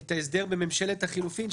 את ההסדר בממשלת החילופים,